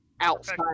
outside